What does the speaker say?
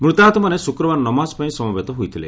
ମୃତାହତମାନେ ଶୁକ୍ରବାର ନମାଜ୍ ପାଇଁ ସମବେତ ହୋଇଥିଲେ